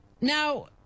Now